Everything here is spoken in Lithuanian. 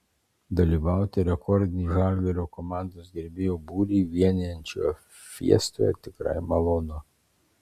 dalyvauti rekordinį žalgirio komandos gerbėjų būrį vienijančioje fiestoje tikrai malonu